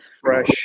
fresh